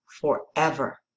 forever